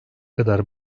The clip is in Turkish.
kadar